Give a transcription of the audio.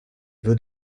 veut